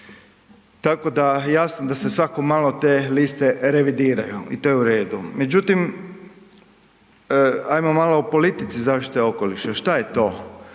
Tako da jasno da se svako malo te liste revidiraju i to je u redu. Međutim, ajmo malo o politici zaštita okoliša šta je to,